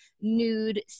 nude